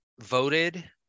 voted